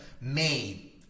made